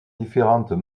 différentes